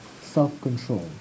self-control